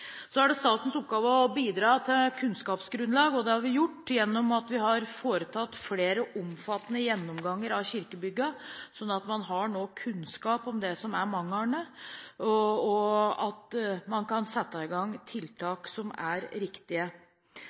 Så er det statens oppgave å bidra til et kunnskapsgrunnlag, og det har vi gjort ved at vi har foretatt flere omfattende gjennomganger av kirkebyggene, sånn at man nå har kunnskap om det som er manglene, og at man kan sette i gang tiltak som er riktige.